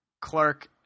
Clark